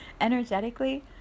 energetically